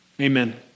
Amen